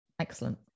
Excellent